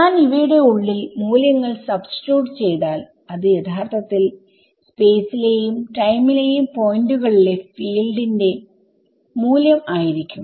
ഞാൻ ഇവയുടെ ഉള്ളിൽ മൂല്യങ്ങൾ സബ്സ്റ്റിട്യൂട്ട് ചെയ്താൽ അത് യഥാർത്ഥത്തിൽ സ്പേസിലെയും ടൈമിലെയും പോയിന്റ്റുകളിലെ ഫീൽഡിന്റെ മൂല്യം ആയിരിക്കും